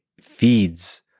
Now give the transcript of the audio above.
feeds